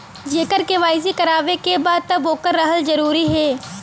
जेकर के.वाइ.सी करवाएं के बा तब ओकर रहल जरूरी हे?